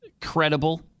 credible